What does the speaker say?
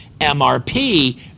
MRP